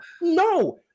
No